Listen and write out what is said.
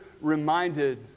reminded